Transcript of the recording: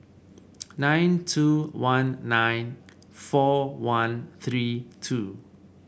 nine two one nine four one three two